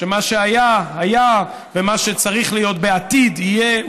שמה שהיה היה, ומה שצריך להיות בעתיד יהיה.